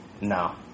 No